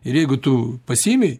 ir jeigu tu pasiėmei